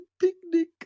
picnic